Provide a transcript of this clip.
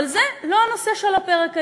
אבל זה לא הנושא שעל הפרק היום.